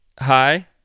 hi